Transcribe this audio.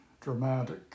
dramatic